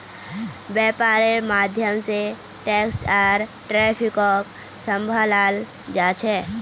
वैपार्र माध्यम से टैक्स आर ट्रैफिकक सम्भलाल जा छे